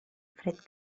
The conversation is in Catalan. fred